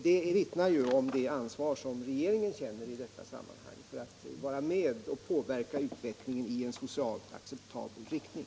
Det vittnar om det ansvar som regeringen känner i detta sammanhang för att vara med och påverka utvecklingen i en socialt acceptabel riktning.